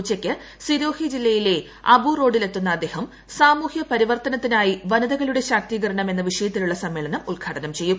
ഉച്ചയ്ക്ക് സിരോഹി ജില്ലയിലെ അബുറോഡിൽ എത്തുന്ന അദ്ദേഹം സാമൂഹ്യ പരിവർത്തനത്തിനായി വനിതകളുടെ ശാക്തീകരണം എന്ന വിഷയത്തിലുള്ള സമ്മേളനം ഉദ്ഘാടനം ചെയ്യും